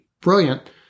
brilliant